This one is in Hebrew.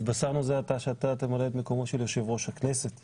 התבשרנו זה עתה שאתה תמלא את מקומו של יושב ראש הכנסת בהיעדרו,